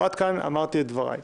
עד כאן אמרתי את דבריי.